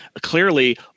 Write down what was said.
clearly